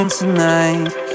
tonight